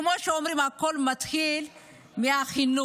כמו שאומרים, הכול מתחיל מהחינוך.